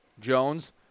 Jones